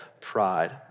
pride